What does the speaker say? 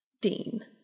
Dean